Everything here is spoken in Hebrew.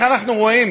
לא מוכּר.